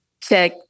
check